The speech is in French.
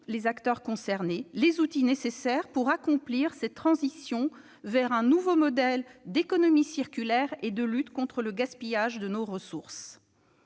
les acteurs concernés les outils nécessaires pour accomplir la transition vers un nouveau modèle d'économie circulaire et de lutte contre le gaspillage de nos ressources.